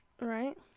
Right